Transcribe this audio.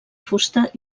fusta